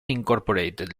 incorporated